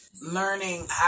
learning